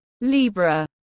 Libra